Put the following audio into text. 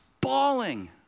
bawling